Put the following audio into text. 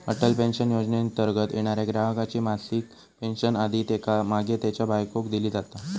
Atal pension योजनेंतर्गत येणाऱ्या ग्राहकाची मासिक पेन्शन आधी त्येका मागे त्येच्या बायकोक दिली जाता